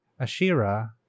Ashira